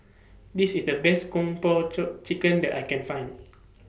This IS The Best Kung Po Chicken that I Can Find